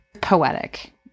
poetic